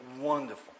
wonderful